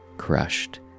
crushed